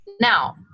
Now